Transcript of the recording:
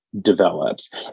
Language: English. develops